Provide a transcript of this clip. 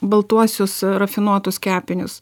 baltuosius rafinuotus kepinius